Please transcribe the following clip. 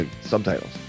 subtitles